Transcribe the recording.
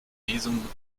diesem